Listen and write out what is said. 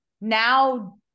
now